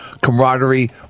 camaraderie